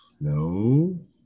no